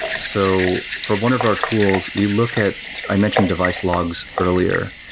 so for one of our tools, we look at i mentioned device logs earlier.